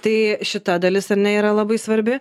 tai šita dalis ar ne yra labai svarbi